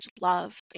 love